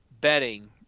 betting